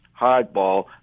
hardball